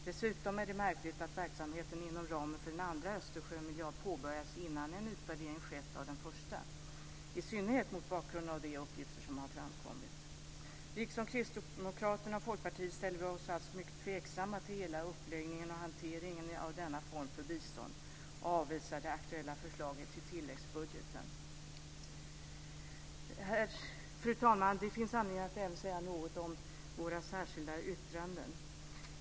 Dessutom är det märkligt att verksamheten inom ramen för en andra Östersjömiljard påbörjas innan en utvärdering skett av den första, i synnerhet mot bakgrund av de uppgifter som har framkommit. Liksom Kristdemokraterna och Folkpartiet ställer vi oss alltså mycket tveksamma till hela uppläggningen och hanteringen av denna form för bistånd och avvisar det aktuella förslaget i tilläggsbudgeten. Fru talman! Det finns anledning att även säga något om våra särskilda yttranden.